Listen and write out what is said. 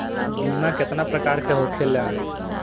बीमा केतना प्रकार के होखे ला?